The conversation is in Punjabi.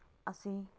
ਅਸੀਂ